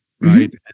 right